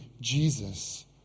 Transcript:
Jesus